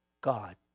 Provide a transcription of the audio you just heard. god